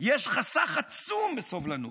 יש חסך עצום בסובלנות,